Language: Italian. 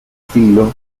filo